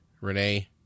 Renee